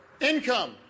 income